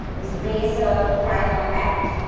this base of primer act.